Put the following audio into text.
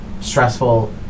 stressful